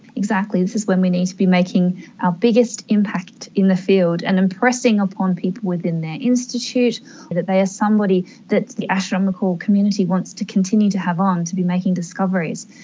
exactly, this is when we need to be making our biggest impact in the field and impressing upon people within their institute that they are somebody that the astronomical community wants to continue to have on to be making discoveries.